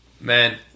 man